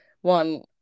One